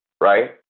right